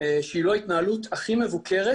שהיא לא התנהלות הכי מבוקרת